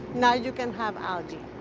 now you can have algae,